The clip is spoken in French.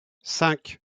cinq